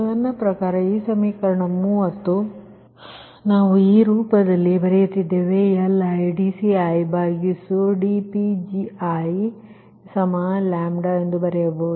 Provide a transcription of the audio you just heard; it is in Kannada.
ನನ್ನ ಪ್ರಕಾರ ಈ ಸಮೀಕರಣ 30 ನಾವು ಈ ರೂಪದಲ್ಲಿ ಬರೆಯುತ್ತಿದ್ದೇವೆ LidCidPgiλ ಎಂದು ಬರೆಯಬಹುದು